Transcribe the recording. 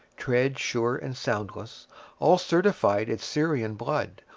tread sure and soundless all certified its syrian blood,